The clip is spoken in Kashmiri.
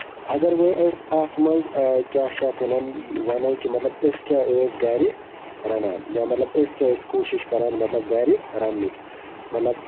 اَگر وۄنۍ أسۍ اَتھ منٛز کیاہ چھِ یَتھ وَنان وَنو کہِ مطلب أسۍ کیاہ ٲسۍ گرِ رَنان یا مطلب أسۍ کیاہ ٲسۍ کوٗشِش کران مطلب گرِ رَننٕچ مطلب